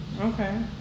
Okay